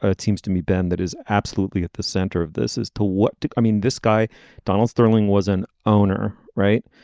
ah it seems to me ben that is absolutely at the center of this is to what. i mean this guy donald sterling was an owner right.